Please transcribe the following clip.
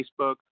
facebook